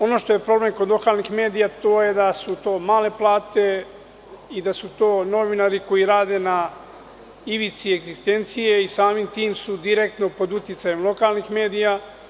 Ono što je problem kod lokalnih medija, to je da su to male plate i da su to novinari koji rade na ivici egzistencije i samim tim su direktno pod uticajem lokalnih medija.